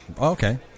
Okay